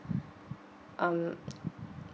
um